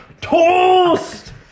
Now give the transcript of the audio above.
Toast